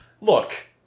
Look